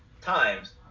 times